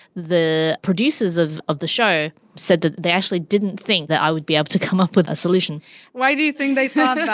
the producers of of the show said that they actually didn't think that i would be able to come up with a solution why do you think they thought that?